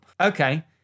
Okay